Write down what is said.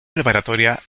preparatoria